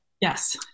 Yes